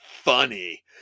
funny